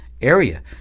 area